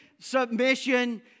Submission